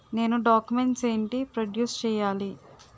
నేను డాక్యుమెంట్స్ ఏంటి ప్రొడ్యూస్ చెయ్యాలి?